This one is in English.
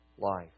life